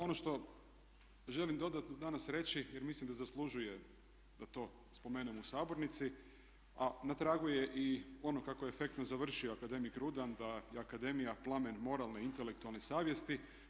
Ono što želim dodatno danas reći, jer mislim da zaslužuje da to spomenem u sabornici, a na tragu je i ono kako je efektno završio akademik Rudan, da je akademija plamen moralne, intelektualne savjesti.